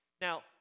Now